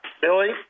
Billy